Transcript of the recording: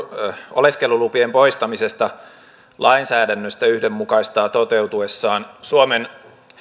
oleskelulupien poistamisesta lainsäädännöstä yhdenmukaistaa toteutuessaan suomen